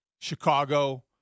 Chicago